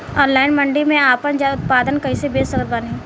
Online मंडी मे आपन उत्पादन कैसे बेच सकत बानी?